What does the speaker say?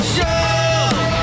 Show